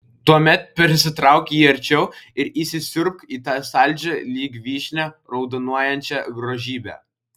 tuomet prisitrauk jį arčiau ir įsisiurbk į tą saldžią lyg vyšnia raudonuojančią grožybę